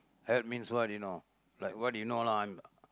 help means what you know like what you know lah I'm